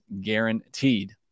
guaranteed